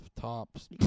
tops